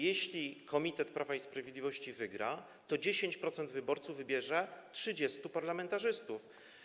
Jeśli komitet Prawa i Sprawiedliwości wygra, to 10% wyborców wybierze 30 parlamentarzystów.